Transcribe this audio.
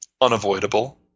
unavoidable